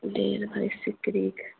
डेढ़ भरि सिकरीके